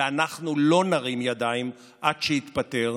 ואנחנו לא נרים ידיים עד שיתפטר.